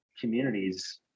communities